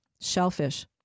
shellfish